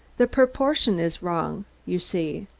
the proportion is wrong, you see.